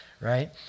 right